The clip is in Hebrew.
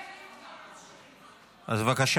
חברת הכנסת פרקש, מוותרת,